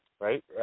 right